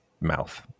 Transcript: mouth